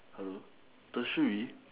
hello tertiary